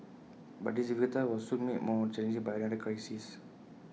but this difficult task was soon made more challenging by another crisis